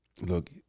look